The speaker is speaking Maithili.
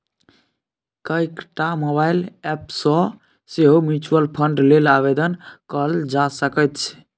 कएकटा मोबाइल एप सँ सेहो म्यूचुअल फंड लेल आवेदन कएल जा सकैत छै